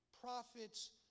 prophets